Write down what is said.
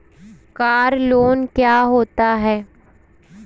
Car loan क्या होता है?